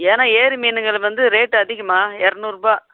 ஏன்னா ஏரி மீனுங்கிறது வந்து ரேட்டு அதிகம்மா இரநூறுபா